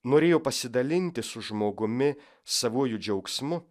norėjo pasidalinti su žmogumi savuoju džiaugsmu